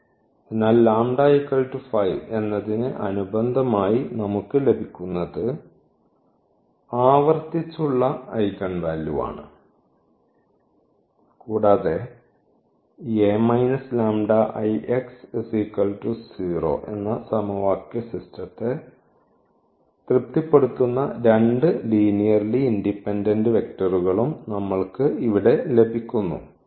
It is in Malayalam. അതിനാൽ ഈ λ 5 എന്നതിന് അനുബന്ധമായി നമുക്ക് ലഭിക്കുന്നത് ആവർത്തിച്ചുള്ള ഐഗൺ വാല്യൂ ആണ് കൂടാതെ ഈ നെ തൃപ്തിപ്പെടുത്തുന്ന രണ്ട് ലീനിയർലി ഇൻഡിപെൻഡൻഡ് വെക്റ്ററുകളും നമ്മൾക്ക് ഇവിടെ ലഭിക്കുന്നു